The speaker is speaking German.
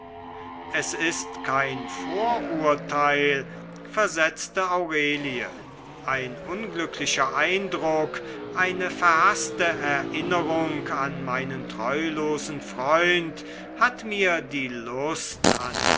es ist kein vorurteil versetzte aurelie ein unglücklicher eindruck eine verhaßte erinnerung an meinen treulosen freund hat mir die lust an